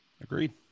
Agreed